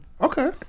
Okay